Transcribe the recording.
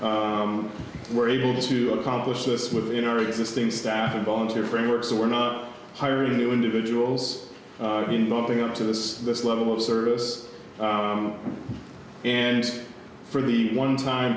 we're able to accomplish this within our existing staff and volunteer framework so we're not hiring new individuals in bumping into this this level of service and for the one time